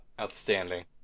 Outstanding